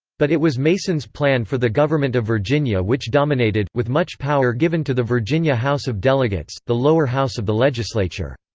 but it was mason's plan for the government of virginia which dominated, with much power given to the virginia house of delegates, the lower house of the legislature.